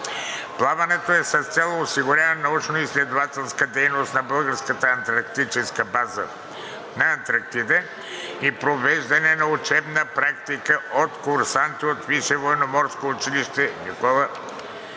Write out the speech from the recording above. Плаването е с цел осигуряване на научноизследователска дейност на българската антарктическа база на Антарктида и провеждане на учебна практика от курсанти от Висшето военноморско училище „Никола Йонков